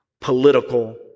political